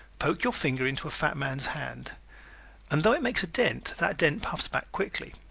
poke your finger into a fat man's hand and though it makes a dent that dent puffs back quickly.